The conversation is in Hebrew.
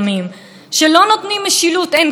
אלא תמיד, איזונים ובלמים.